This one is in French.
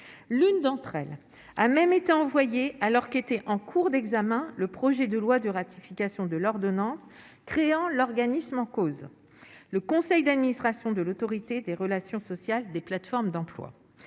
l'une d'entre elles a même été envoyée alors qu'était en cours d'examen, le projet de loi de ratification de l'ordonnance créant l'organisme en cause le conseil d'administration de l'Autorité des relations sociales, des plateformes d'emploi